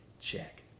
check